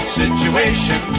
situation